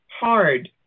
hard